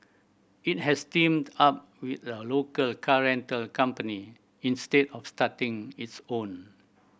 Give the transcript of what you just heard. it has teamed up with a local car rental company instead of starting its own